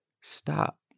stop